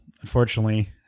unfortunately